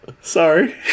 Sorry